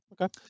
Okay